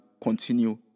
continue